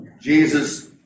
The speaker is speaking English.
Jesus